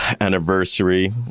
anniversary